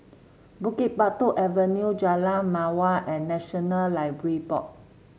Bukit Batok Avenue Jalan Mawar and National Library Board